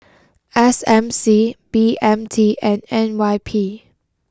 S M C B M T and N Y P